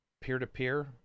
peer-to-peer